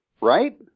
Right